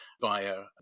via